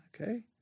okay